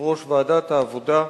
יושב-ראש ועדת העבודה,